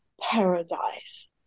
paradise